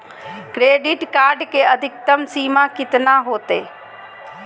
Credit card के अधिकतम सीमा कितना होते?